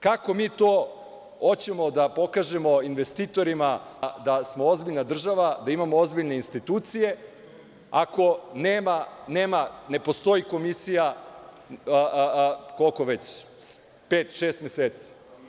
Kako mi to hoćemo da pokažemo investitorima da smo ozbiljna država, da imamo ozbiljne institucije, ako ne postoji komisija već pet, šest meseci?